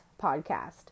Podcast